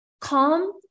Calm